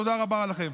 תודה רבה לכם.